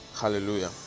hallelujah